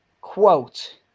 Quote